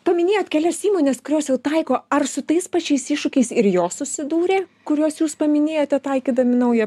paminėt kelias įmones kurios jau taiko ar su tais pačiais iššūkiais ir jos susidūrė kuriuos jūs paminėjote taikydami naują